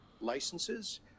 licenses